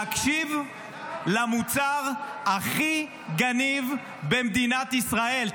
להקשיב למוצר הכי גניב במדינת ישראל,